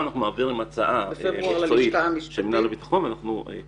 בפברואר אנחנו מעבירים הצעה מקצועית של מינהל הביטחון ללשכה המשפטית.